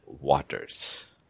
Waters